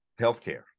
healthcare